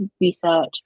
research